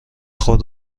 خود